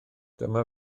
dyma